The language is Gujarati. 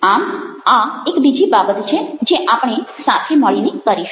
આમ આ એક બીજી બાબત છે જે આપણે સાથે મળીને કરીશું